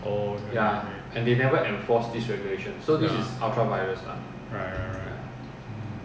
oh okay okay ya right right right